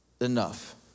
enough